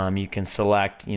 um you can select, you